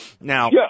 Now